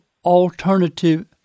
alternative